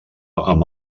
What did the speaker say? amb